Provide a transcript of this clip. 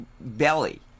belly